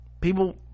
People